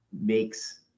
makes